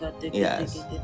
yes